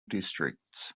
districts